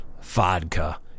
Vodka